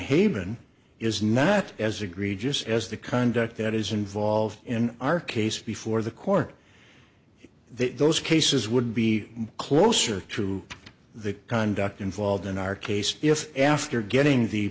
haven is not as egregious as the conduct that is involved in our case before the court that those cases would be closer to the conduct involved in our case if after getting